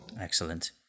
Excellent